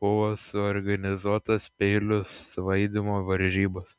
buvo suorganizuotos peilių svaidymo varžybos